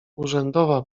urzędowa